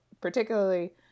particularly